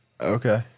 Okay